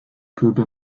pöbel